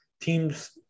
teams